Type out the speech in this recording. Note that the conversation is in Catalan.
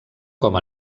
com